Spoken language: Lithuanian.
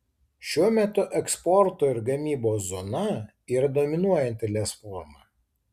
šiuo metu eksporto ir gamybos zona yra dominuojanti lez forma